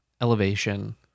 Elevation